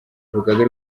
urugaga